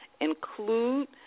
Include